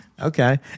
okay